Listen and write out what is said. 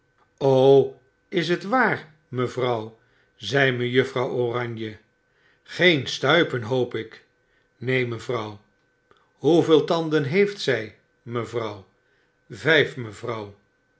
is het waar mevrouw zei mejuffrouw oranje geen stuipen hoop ik n een mevrouw hoeveel tanden heeft z j mevrouw